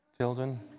children